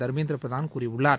தர்மேந்திர பிரதான் கூறியுள்ளார்